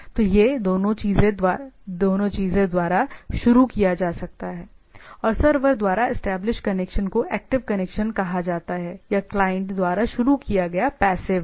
तो यह दोनों चीजों द्वारा शुरू किया जा सकता है और सर्वर द्वारा एस्टेब्लिश कनेक्शन को एक्टिव कनेक्शन कहा जाता है या क्लाइंट द्वारा शुरू किया गया पैसिव है